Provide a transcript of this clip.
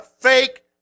fake